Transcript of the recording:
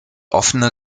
offene